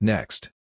Next